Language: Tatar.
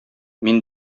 мин